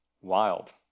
Wild